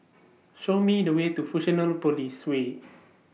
Show Me The Way to Fusionopolis Way